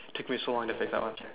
take me so long to fix that one